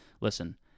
Listen